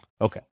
Okay